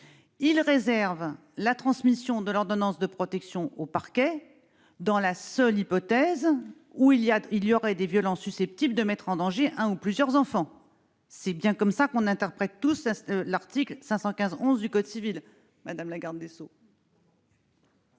réserve la transmission de l'ordonnance de protection au parquet à la seule hypothèse où il y aurait des parents violents susceptibles de mettre en danger un ou plusieurs enfants. C'est bien ainsi que nous interprétons tous l'article 515-11 du code civil, madame la garde des sceaux